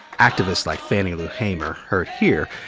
activists like fannie lou hamer, heard here,